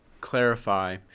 clarify